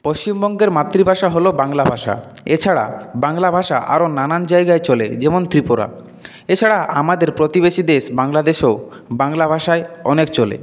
পশ্চিমবঙ্গের মাতৃভাষা হল বাংলা ভাষা এছাড়া বাংলা ভাষা আরও নানান জায়গায় চলে যেমন ত্রিপুরা এছাড়া আমাদের প্রতিবেশী দেশ বাংলাদেশেও বাংলা ভাষাই অনেক চলে